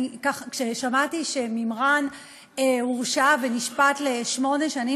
כששמעתי שמימרן הורשע ונשפט לשמונה שנים,